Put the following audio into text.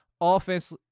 offense